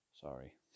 Sorry